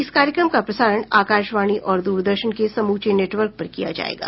इस कार्यक्रम का प्रसारण आकाशवाणी और दूरदर्शन के समूचे नेटवर्क पर किया जायेगा